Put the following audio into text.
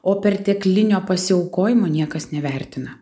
o perteklinio pasiaukojimo niekas nevertina